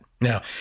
Now